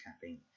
caffeine